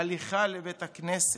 הליכה לבית הכנסת,